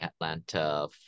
Atlanta